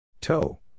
Toe